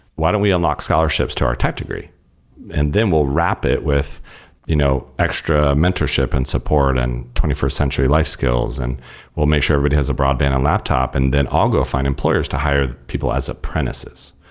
why don't we unlock scholarships to our tech degree and then we'll wrap it with you know extra mentorship and support and twenty first century life skills and we'll make sure everybody but has a broadband and laptop and then i'll go find employers to hire people as apprentices?